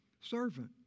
servant